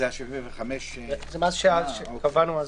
זה ה-75,000 שקבענו.